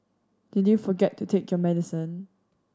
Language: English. did you forget to take your medicine